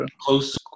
Close